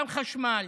גם חשמל,